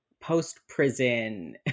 post-prison